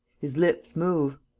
his lips move.